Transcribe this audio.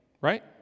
right